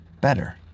better